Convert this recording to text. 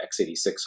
x86